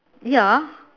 ya